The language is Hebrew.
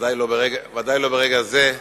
ודאי לא ברגע זה,